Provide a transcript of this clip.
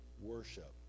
worship